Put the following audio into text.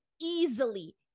easily